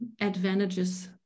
advantages